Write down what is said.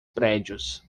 prédios